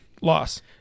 Loss